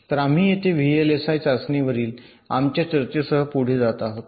तर आम्ही येथे व्हीएलएसआय चाचणीवरील आमच्या चर्चेसह पुढे जात आहोत